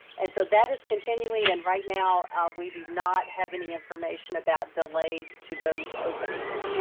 and so, that is continuing. and right now we do not have any information about delays to those openings.